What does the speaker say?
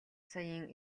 саяын